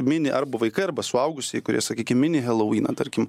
mini arba vaikai arba suaugusieji kurie sakykim mini helovyną tarkim